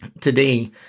Today